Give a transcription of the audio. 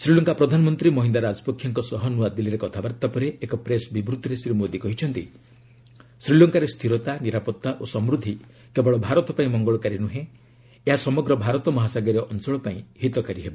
ଶ୍ରୀଲଙ୍କା ପ୍ରଧାନମନ୍ତ୍ରୀ ମହିନ୍ଦା ରାଜପକ୍ଷେଙ୍କ ସହ ନ୍ତଆଦିଲ୍ଲୀରେ କଥାବାର୍ତ୍ତା ପରେ ଏକ ପ୍ରେସ୍ ବିବୃତ୍ତିରେ ଶ୍ରୀ ମୋଦୀ କହିଛନ୍ତି ଶ୍ରୀଲଙ୍କାରେ ସ୍ଥିରତା ନିରାପତ୍ତା ଓ ସମୃଦ୍ଧି କେବଳ ଭାରତ ପାଇଁ ମଙ୍ଗଳକାରୀ ନୁହେଁ ଏହା ସମଗ୍ର ଭାରତ ମହାସାଗରୀୟ ଅଞ୍ଚଳ ପାଇଁ ହିତକାରୀ ହେବ